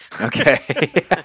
Okay